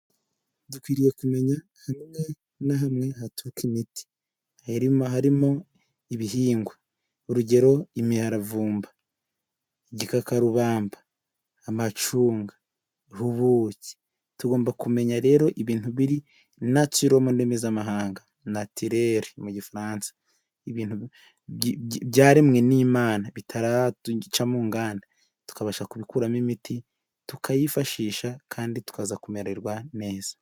Dukwiriye kumenya hamwe na hamwe haturuka imiti harimo ibihingwa. Urugero imiravumba, igikakarubamba, amacunga, ubuki. Tugomba kumenya rero ibintu biri natiro mu ndimi z'amahanga natirere mu gifaransa. Ibintu byaremwe n'Imana bitaraca mu nganda, tukabasha kubikuramo imiti, tukayifashisha kandi tukaza kumererwa neza.